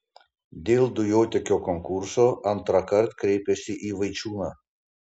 dėl dujotiekio konkurso antrąkart kreipėsi į vaičiūną